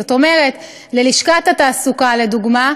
זאת אומרת, ללשכת התעסוקה לדוגמה.